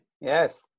Yes